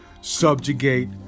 subjugate